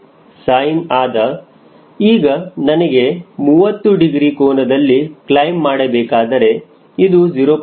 sin ಆದ ಈಗ ನನಗೆ 30 ಡಿಗ್ರಿ ಕೋನದಲ್ಲಿ ಕ್ಲೈಮ್ ಮಾಡಬೇಕಾದರೆ ಇದು 0